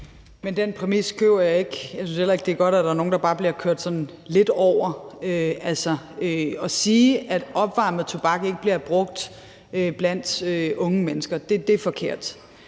Den præmis køber jeg ikke. Jeg synes heller ikke, det er godt, at der er nogle, der bare bliver kørt sådan lidt over. Altså, at sige, at opvarmet tobak ikke bliver brugt blandt unge mennesker, er forkert.